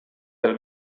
del